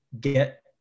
get